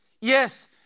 Yes